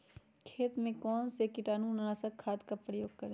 खेत में कौन से कीटाणु नाशक खाद का प्रयोग करें?